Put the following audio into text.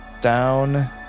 down